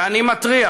ואני מתריע